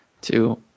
two